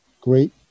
great